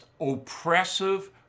oppressive